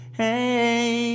hey